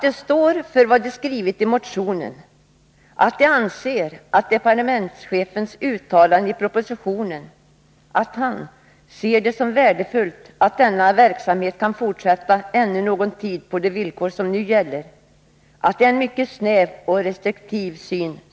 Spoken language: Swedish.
De har skrivit att de anser att departementschefens uttalande i propositionen — att han ”ser det som värdefullt att denna verksamhet kan fortsätta ännu någon tid på de villkor som gäller” — tyder på en mycket snäv och restriktiv syn.